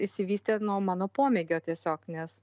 išsivystė nuo mano pomėgio tiesiog nes